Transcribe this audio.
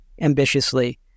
ambitiously